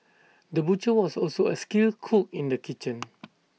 the butcher was also A skilled cook in the kitchen